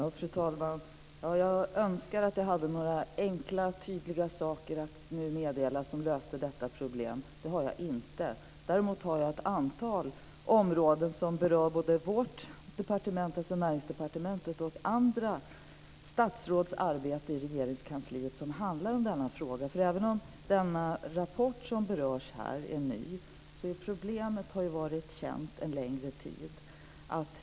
Fru talman! Jag önskar att jag nu hade några enkla och tydliga saker att meddela som löste detta problem. Det har jag inte. Däremot finns det ett antal områden som berör både vårt departement, dvs. Näringsdepartementet, och andra statsråds arbete i Regeringskansliet och som handlar om denna fråga. Även om den rapport som berördes här är ny har problemet varit känt en längre tid.